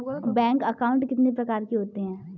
Bank account कितने प्रकार के होते हैं?